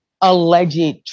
alleged